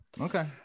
okay